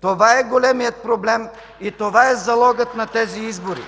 Това е големият проблем и това е залогът на тези избори!